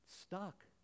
Stuck